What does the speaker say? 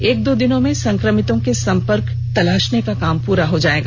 एक दो दिन में संक्रमितों के संपर्कों को तलाशने का काम पूरा हो सकेगा